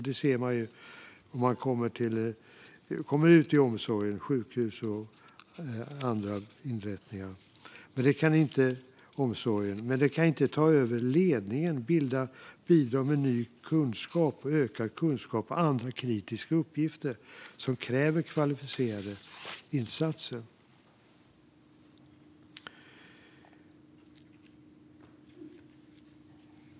Det ser man om man kommer ut i omsorgen, på sjukhus och på andra inrättningar. Men de kan inte ta över ledningen eller bidra till ny kunskap, ökad kunskap och andra kritiska uppgifter som kräver kvalificerade insatser.